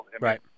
Right